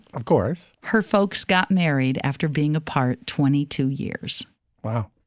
of course, her folks got married after being apart twenty two years wow.